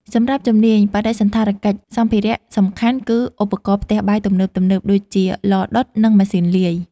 សម្រាប់ជំនាញ បដិសណ្ឋារកិច្ច សម្ភារៈសំខាន់គឺឧបករណ៍ផ្ទះបាយទំនើបៗដូចជាឡដុតនិងម៉ាស៊ីនលាយ។